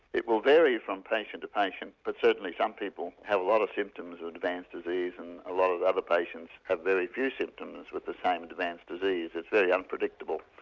it will vary from patient to patient but certainly some people have a lot of symptoms of advanced disease and a lot of other patients have very few symptoms with the same advanced disease. it is very unpredictable.